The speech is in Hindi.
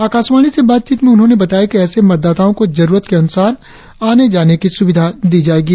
आकाशवाणी से बातचीत में उन्होंने बताया कि ऐसे मतदाताओं को जरुरत के अनुसार आने जाने की सुविधा दी जायेगी